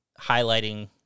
highlighting